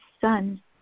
Son